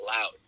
loud